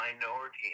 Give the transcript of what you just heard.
minority